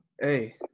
Hey